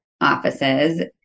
offices